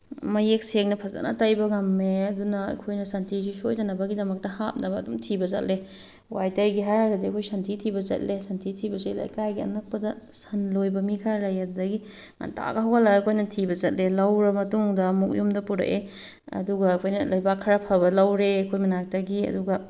ꯃꯌꯦꯛ ꯁꯦꯡꯅ ꯐꯖꯅ ꯇꯩꯕ ꯉꯝꯃꯦ ꯑꯗꯨꯅ ꯑꯩꯈꯣꯏꯅ ꯁꯟꯊꯤꯁꯤ ꯁꯣꯏꯗꯅꯕꯒꯤꯗꯃꯛꯇ ꯍꯥꯞꯅꯕ ꯑꯗꯨꯝ ꯊꯤꯕ ꯆꯠꯂꯦ ꯋꯥꯏ ꯇꯩꯒꯦ ꯍꯥꯏꯔꯒꯗꯤ ꯑꯩꯈꯣꯏ ꯁꯟꯊꯤ ꯊꯤꯕ ꯆꯠꯂꯦ ꯁꯟꯊꯤ ꯊꯤꯕꯁꯦ ꯂꯩꯀꯥꯏꯒꯤ ꯑꯅꯛꯄꯗ ꯁꯟ ꯂꯣꯏꯕ ꯃꯤ ꯈꯔ ꯂꯩ ꯑꯗꯨꯗꯒꯤ ꯉꯥꯟꯇꯥꯒ ꯍꯧꯒꯠꯂꯒ ꯑꯩꯈꯣꯏꯅ ꯊꯤꯕ ꯆꯠꯂꯦ ꯂꯧꯔ ꯃꯇꯨꯡꯗ ꯑꯃꯨꯛ ꯌꯨꯝꯗ ꯄꯨꯔꯛꯑꯦ ꯑꯗꯨꯒ ꯑꯩꯈꯣꯏꯅ ꯂꯩꯕꯥꯛ ꯈꯔ ꯐꯕ ꯂꯧꯔꯦ ꯑꯩꯈꯣꯏ ꯃꯅꯥꯛꯇꯒꯤ ꯑꯗꯨꯒ